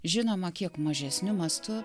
žinoma kiek mažesniu mastu